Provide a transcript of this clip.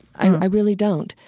i really don't.